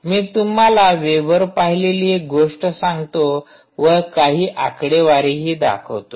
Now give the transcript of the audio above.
मी तुम्हाला वेबवर पाहिलेली एक गोष्ट सांगतो व काही आकडेवारीही दाखवतो